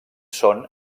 són